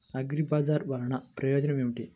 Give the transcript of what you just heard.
అగ్రిబజార్ వల్లన ప్రయోజనం ఏమిటీ?